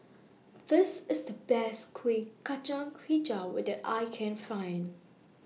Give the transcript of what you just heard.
This IS The Best Kuih Kacang Hijau I Can Find